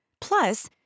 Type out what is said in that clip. Plus